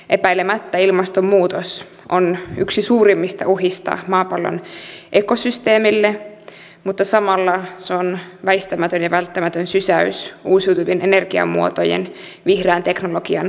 epäilemättä ilmastonmuutos on yksi suurimmista uhista maapallon ekosysteemille mutta samalla se on väistämätön ja välttämätön sysäys uusiutuvien energiamuotojen vihreän teknologian kehitykselle